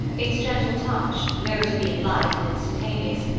its gentle touch, though it had been light and instantaneous,